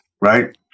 right